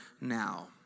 now